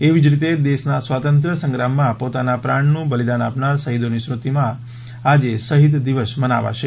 એવી જ રીતે દેશના સ્વાતંત્ર્ય સંગ્રામમાં પોતાના પ્રાણનું બલિદાન આપનાર શહીદોની સ્મૃતિમાં આજે શહીદ દિવસ મનાવાશે